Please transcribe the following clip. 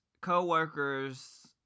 co-workers